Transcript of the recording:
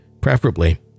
preferably